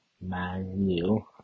menu